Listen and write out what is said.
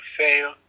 fail